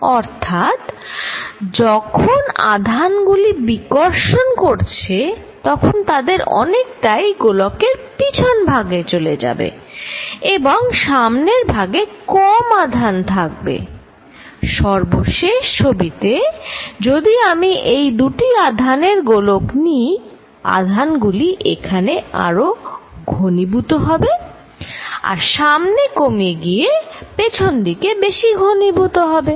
অর্থাৎ যখন আধান গুলি বিকর্ষণ করছে তখন তাদের অনেকটাই গোলকের পেছনভাগে চলে যাবে এবং সামনের ভাগে কম আধান থাকবে সর্বশেষ ছবিতে যদি আমি এই দুটি আধানের গোলক নিই আধান গুলি এখানে আরও ঘনীভূত হবে এবং সামনে কমে গিয়ে পেছনদিকে বেশি ঘনীভূত হবে